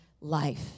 life